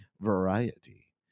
Variety